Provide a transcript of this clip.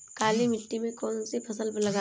काली मिट्टी में कौन सी फसल लगाएँ?